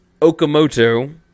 Okamoto